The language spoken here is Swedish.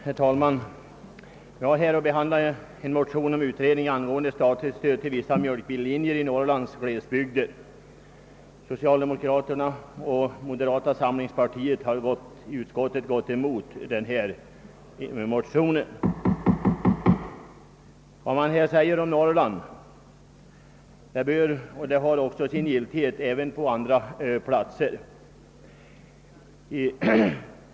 Herr talman! Vi har här att behandla ett motionspar om utredning angående statligt stöd till vissa mjölkbillinjer i Norrlands glesbygder. Representanterna för socialdemokratiska partiet och moderata samlingspartiet har i utskottet avstyrkt motionerna. Vad som i motionerna sägs om Norrland äger sin giltighet även beträffande andra platser.